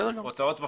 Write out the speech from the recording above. הוצאות בפועל.